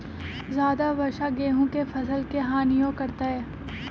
ज्यादा वर्षा गेंहू के फसल के हानियों करतै?